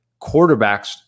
quarterbacks